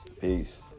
Peace